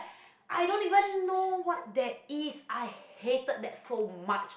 I don't even know what that is I hated that so much